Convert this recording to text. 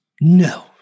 No